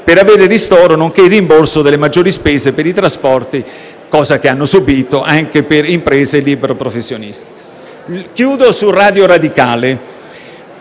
per avere ristoro nonché il rimborso delle maggiori spese subite per i trasporti anche per imprese e liberi professionisti. Chiudo su Radio Radicale.